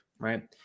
right